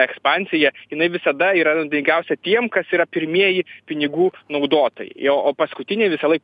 ekspansija jinai visada yra naudingiausia tiem kas yra pirmieji pinigų naudotojai jo o paskutiniai visąlaik